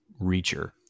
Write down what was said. Reacher